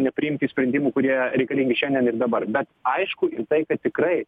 nepriimti sprendimų kurie reikalingi šiandien ir dabar bet aišku ir tai kad tikrai